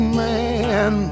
man